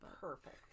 Perfect